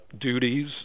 duties